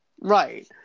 Right